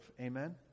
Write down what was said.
Amen